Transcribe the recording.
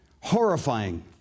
Horrifying